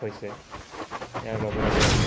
হৈছে ইয়াৰ লগে লগে